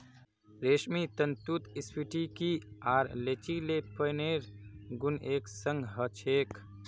रेशमी तंतुत स्फटिकीय आर लचीलेपनेर गुण एक संग ह छेक